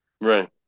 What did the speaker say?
right